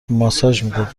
میدادم